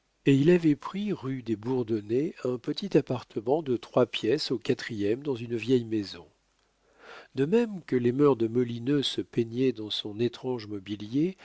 et il avait pris rue des bourdonnais un petit appartement de trois pièces au quatrième dans une vieille maison de même que les mœurs de molineux se peignaient dans son étrange mobilier